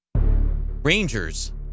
Rangers